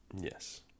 Yes